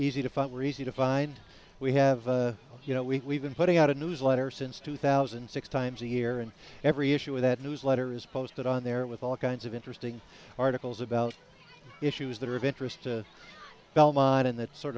easy to find were easy to find we have you know week we've been putting out a newsletter since two thousand and six times a year and every issue with that newsletter is posted on there with all kinds of interesting articles about issues that are of interest to belmont and that sort